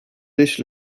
dish